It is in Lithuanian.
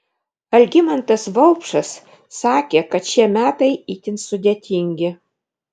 algimantas vaupšas sakė kad šie metai itin sudėtingi